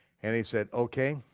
and he said okay,